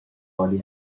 عالی